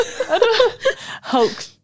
Hulk